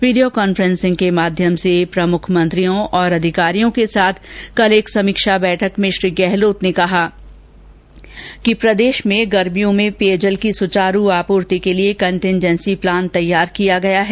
video conferencing के माध्यम से प्रमुख मंत्रियों और अधिकारियों के साथ कल एक समीक्षा बैठक में श्री गहलोत ने कहा कि गर्मियों में प्रदेशभर में पेयजल की सुचारू आपूर्ति के लिए कंटीजेंसी प्लान तैयार कर लिया गया है